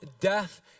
death